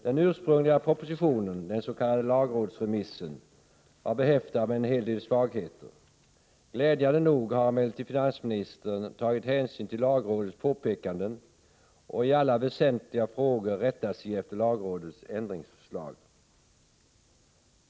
Den ursprungliga propositionen, den s.k. lagrådsremissen, var behäftad med en hel del svagheter. Glädjande nog har emellertid finansministern tagit hänsyn till lagrådets påpekanden och i alla väsentliga frågor rättat sig efter lagrådets ändringsförslag.